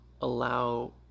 allow